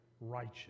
righteous